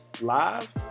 live